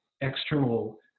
external